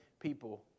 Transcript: people